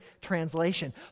translation